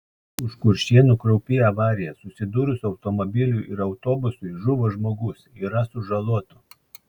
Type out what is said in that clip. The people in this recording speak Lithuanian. už kuršėnų kraupi avarija susidūrus automobiliui ir autobusui žuvo žmogus yra sužalotų